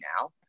now